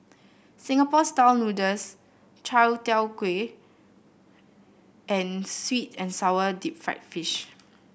Singapore style noodles Chai Tow Kway and sweet and sour Deep Fried Fish